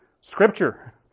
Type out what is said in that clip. Scripture